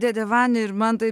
dėdė vania ir man tai